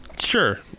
sure